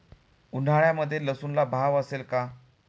उन्हाळ्यामध्ये लसूणला भाव असेल का?